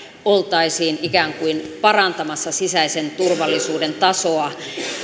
oltaisiin ikään kuin parantamassa sisäisen turvallisuuden tasoa